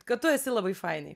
kad tu esi labai fainai